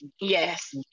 Yes